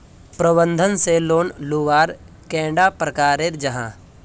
प्रबंधन से लोन लुबार कैडा प्रकारेर जाहा?